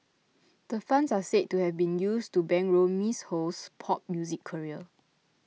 the funds are said to have been used to bankroll Ms Ho's pop music career